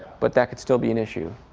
but that could still be an issue.